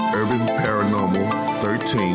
urbanparanormal13